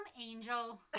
Angel